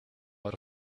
out